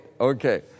okay